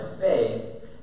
faith